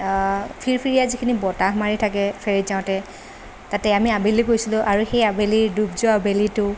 ফিৰফিৰিয়া যিখিনি বতাহ মাৰি থাকে ফেৰিত যাওঁতে তাতে আমি আবেলি গৈছিলোঁ আৰু সেই আবেলিৰ ডুব যোৱা বেলিটো